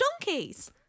donkeys